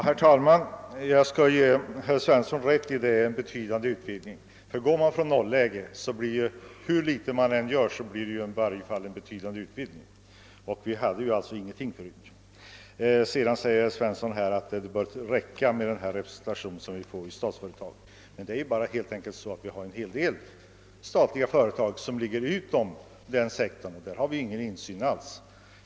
Herr talman! Jag skall ge herr Svensson i Eskilstuna rätt i att det förekommit en betydande utvidgning. Utgår man från noll-läget, blir hur litet man än gör en utvidgning. Vi hade ingenting förut. Herr Svensson säger vidare att det räcker med den representation vi får i Statsföretag AB. Det är bara det, att vi har en hel del företag som ligger utanför den sektorn, och i dessa företag förekommer det ingen insyn alls.